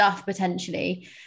potentially